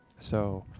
so,